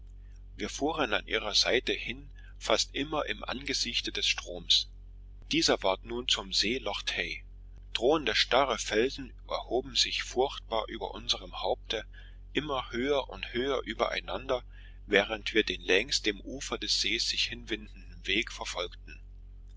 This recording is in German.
wir fuhren an ihrer seite hin fast immer im angesichte des stroms dieser ward nun zum see loch tay drohende starre felsen erhoben sich furchtbar über unserem haupte immer höher und höher übereinander während wir den längs dem ufer des sees sich hinwindenden weg verfolgten